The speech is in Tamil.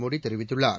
மோடி தெரிவித்துள்ளார்